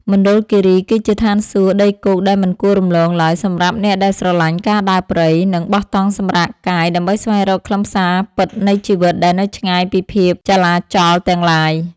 មណ្ឌលគីរីគឺជាឋានសួគ៌ដីគោកដែលមិនគួររំលងឡើយសម្រាប់អ្នកដែលស្រឡាញ់ការដើរព្រៃ និង បោះតង់សម្រាកកាយដើម្បីស្វែងរកខ្លឹមសារពិតនៃជីវិតដែលនៅឆ្ងាយពីភាពចលាចលទាំងឡាយ។